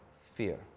fear